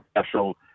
special